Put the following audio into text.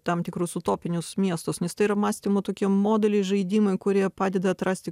tam tikrus utopinius miestus nes tai ir mąstymo tokie modeliai žaidimai kurie padeda atrasti